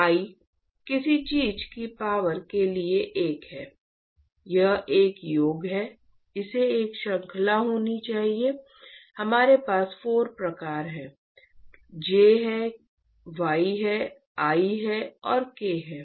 I किसी चीज की पावर के लिए एक है यह एक योग है इसे एक श्रृंखला योग होना चाहिए हमारे पास 4 प्रकार है J है Y है I है और K है